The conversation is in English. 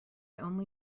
only